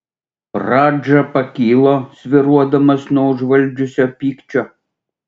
radža pakilo svyruodamas nuo užvaldžiusio pykčio